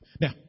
Now